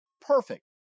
Perfect